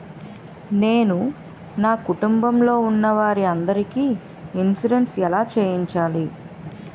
నేను నా కుటుంబం లొ ఉన్న వారి అందరికి ఇన్సురెన్స్ ఎలా చేయించాలి?